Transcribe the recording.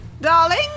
darling